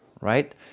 right